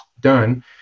done